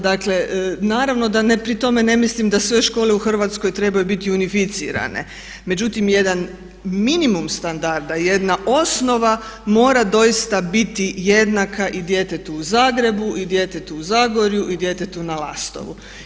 Dakle, naravno da pri tome ne mislim da sve škole u Hrvatskoj trebaju biti unificirane međutim jedan minimum standarda, jedna osnova mora doista biti jednaka i djetetu u Zagrebu i djetetu u Zagorju i djetetu na Lastovu.